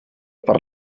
per